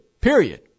period